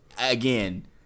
again